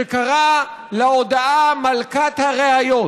שקרא להודאה "מלכת הראיות".